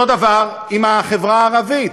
אותו דבר עם החברה הערבית.